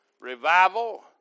revival